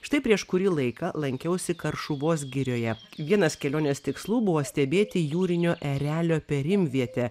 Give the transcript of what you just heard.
štai prieš kurį laiką lankiausi karšuvos girioje vienas kelionės tikslų buvo stebėti jūrinio erelio perimvietę